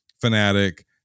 fanatic